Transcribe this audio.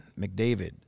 McDavid